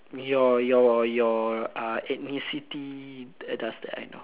your your your uh ethnicity does that I know